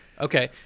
Okay